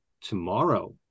tomorrow